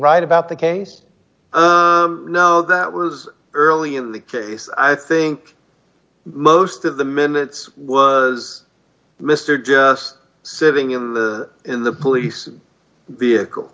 right about the case now that was early in the case i think most of the minutes was mr just sitting in the in the police vehicle